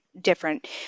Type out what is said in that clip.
different